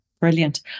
brilliant